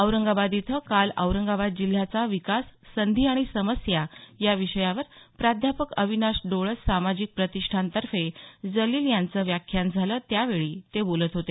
औरंगाबाद इथं काल औरंगाबाद जिल्ह्याचा विकाससंधी आणि समस्या या विषयावर प्राध्यापक अविनाश डोळस सामाजिक प्रतिष्ठानतर्फे जलिल यांचं व्याख्यान झालं त्यावेळी ते बोलत होते